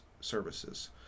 services